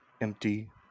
empty